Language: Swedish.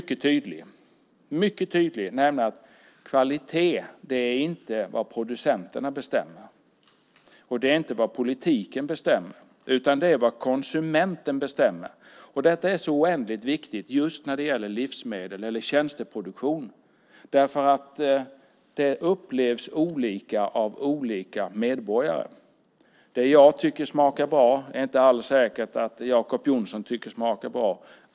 Kvalitet är inte vad producenterna eller politiken bestämmer utan vad konsumenten bestämmer. Det är oändligt viktigt just när det gäller livsmedel och tjänsteproduktion därför att det upplevs olika av olika medborgare. Det jag tycker smakar bra är det inte alls säkert att Jacob Johnson tycker smakar bra.